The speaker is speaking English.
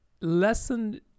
lesson